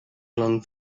along